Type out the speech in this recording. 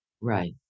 Right